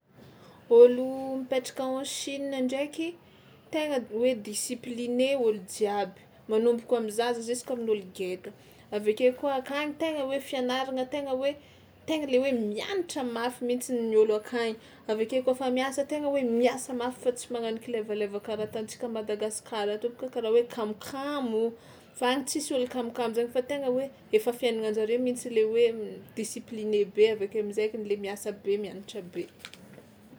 Ôlo mipetraka en Chine ndraiky tegna hoe discipline olo jiaby, manomboko am'zaza jusk'amin'olo geda, avy ake koa akagny tegna hoe fianaragna tegna hoe tegna le hoe mianatra mafy mihitsy ny ôlo akagny avy ake kaofa miasa tegna hoe miasa mafy fa tsy magnano kilevaleva karaha atantsika à Madagasikara atô bôka karaha hoe kamokamo, fa any tsisy olo kamokamo zany fa tegna hoe efa fiaignana an-jare mihitsy lay hoe m- discipliné be avy ake am'zaikiny le miasa be, mianatra be.